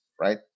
right